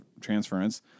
transference